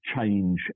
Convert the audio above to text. change